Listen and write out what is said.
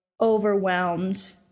overwhelmed